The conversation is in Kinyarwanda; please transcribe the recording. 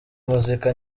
muzika